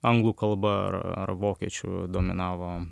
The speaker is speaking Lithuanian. anglų kalba ar ar vokiečių dominavo